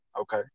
Okay